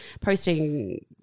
posting